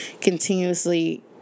continuously